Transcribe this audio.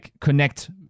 connect